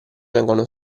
vengono